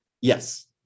Yes